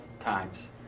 times